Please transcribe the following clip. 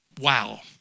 Wow